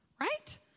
right